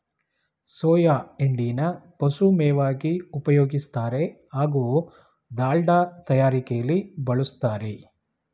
soya ಹಿಂಡಿನ ಪಶುಮೇವಾಗಿ ಉಪಯೋಗಿಸ್ತಾರೆ ಹಾಗೂ ದಾಲ್ಡ ತಯಾರಿಕೆಲಿ ಬಳುಸ್ತಾರೆ